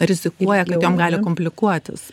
rizikuoja jom gali komplikuotis